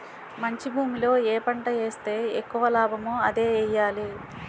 మంచి భూమిలో ఏ పంట ఏస్తే ఎక్కువ లాభమో అదే ఎయ్యాలి